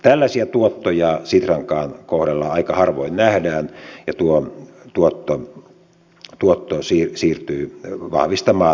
tällaisia tuottoja sitrankaan kohdalla aika harvoin nähdään ja tuo tuotto siirtyy vahvistamaan rahastoa